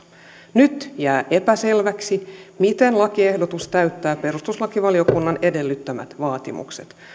nyt jää epäselväksi miten lakiehdotus täyttää perustuslakivaliokunnan edellyttämät vaatimukset